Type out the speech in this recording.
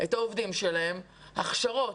העובדים שלהם הכשרות.